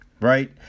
right